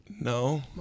No